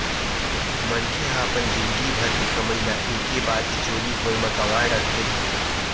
मनखे ह अपन जिनगी भर के कमई ल एके बार के चोरी होए म गवा डारथे